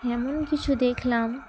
এমন কিছু দেখলাম